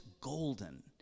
golden